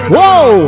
Whoa